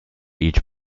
each